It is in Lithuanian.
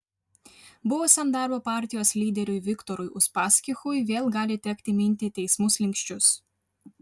buvusiam darbo partijos lyderiui viktorui uspaskichui vėl gali tekti minti teismų slenksčius